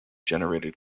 generated